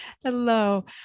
Hello